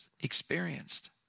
experienced